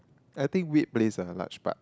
I think weird plays a large part